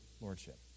lordship